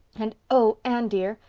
and oh, anne dear,